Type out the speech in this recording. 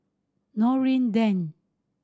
Noordin Lane